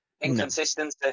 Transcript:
Inconsistency